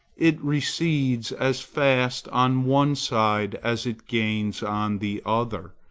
it recedes as fast on one side as it gains on the other.